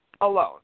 alone